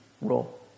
role